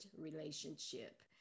relationship